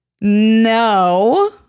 No